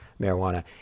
marijuana